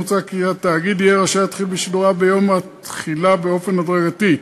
מוצע כי התאגיד יהיה רשאי להתחיל בשידוריו ביום התחילה באופן הדרגתי.